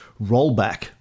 rollback